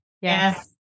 Yes